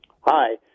Hi